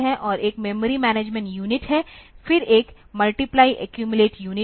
और एक memory management unit है फिर एक मल्टीप्लय एक्यूमिलेट यूनिट है